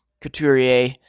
Couturier